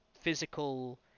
physical